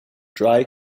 dry